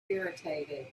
irritated